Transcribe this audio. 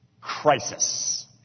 crisis